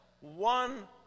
one